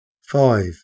Five